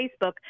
Facebook